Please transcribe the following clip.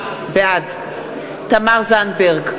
בעד תמר זנדברג,